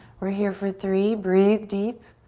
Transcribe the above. we're here for three, breathe deep.